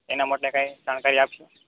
એના મોટે કાંઈ જાણકારી આપશો